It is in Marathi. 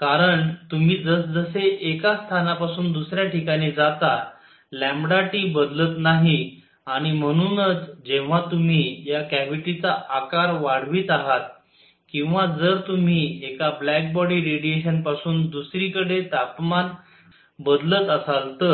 कारण तुम्ही जसजसे एका स्थानापासून दुसर्या ठिकाणी जाता T बदलत नाही आणि म्हणूनच जेव्हा तुम्ही या कॅव्हिटीचा आकार वाढवित आहात किंवा जर तुम्ही एका ब्लॅक बॉडी रेडिएशन पासून दुसरी कडे तपमान बदलत असाल तर